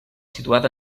situada